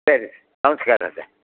ಸರಿ ನಮಸ್ಕಾರ ಸರ್